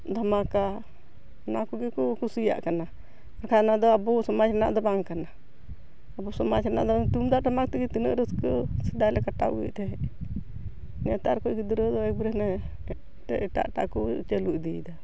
ᱫᱷᱟᱢᱟᱠᱟ ᱚᱱᱟ ᱠᱚᱜᱮ ᱠᱚ ᱠᱩᱥᱤᱭᱟᱜ ᱠᱟᱱᱟ ᱵᱟᱝᱠᱷᱟᱱ ᱚᱱᱟ ᱫᱚ ᱟᱵᱚ ᱥᱚᱢᱟᱡᱽ ᱨᱮᱱᱟᱜ ᱫᱚ ᱵᱟᱝ ᱠᱟᱱᱟ ᱟᱵᱚ ᱥᱚᱢᱟᱡᱽ ᱨᱮᱱᱟᱜ ᱫᱚ ᱛᱩᱢᱫᱟᱜ ᱴᱟᱢᱟᱠ ᱛᱮᱜᱮ ᱛᱤᱱᱟᱹᱜ ᱨᱟᱹᱥᱠᱟᱹ ᱥᱮᱫᱟᱭ ᱞᱮ ᱠᱟᱴᱟᱣ ᱟᱹᱜᱩᱭᱮᱫ ᱛᱟᱦᱮᱸᱫ ᱱᱮᱛᱟᱨ ᱠᱚ ᱜᱤᱫᱽᱨᱟᱹ ᱫᱚ ᱮᱠᱵᱟᱨᱮ ᱦᱟᱱᱮ ᱮᱴᱟᱜ ᱮᱴᱟᱜ ᱠᱚ ᱪᱟᱹᱞᱩ ᱤᱫᱤᱭᱮᱫᱟ